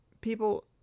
people